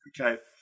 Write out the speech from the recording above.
Okay